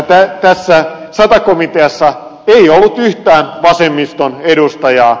tässä sata komiteassa ei ollut yhtään vasemmiston edustajaa